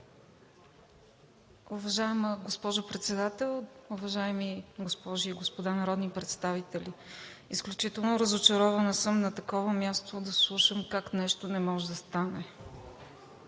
Уважаема госпожо Председател, уважаеми госпожи и господа народни представители! Изключително разочарована съм на такова място да слушам как нещо не може да стане.